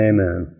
Amen